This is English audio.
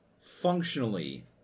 functionally